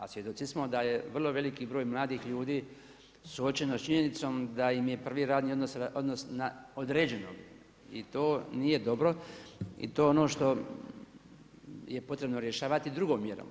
A svjedoci smo da je vrlo veliki broj mladih ljudi suočeno s činjenicom da im je prvi radni odnos na određeno i to nije dobro i to je ono što je potrebno rješavati drugom mjerom.